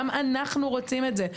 גם אנחנו רוצים את זה,